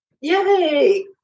Yay